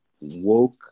woke